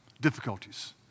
difficulties